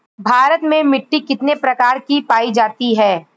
भारत में मिट्टी कितने प्रकार की पाई जाती हैं?